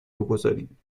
بگذاریم